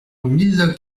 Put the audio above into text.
mille